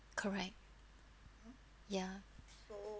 correct ya